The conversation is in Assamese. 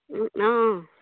অঁ অঁ